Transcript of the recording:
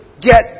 get